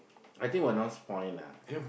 I think will not spoil lah